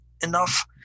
enough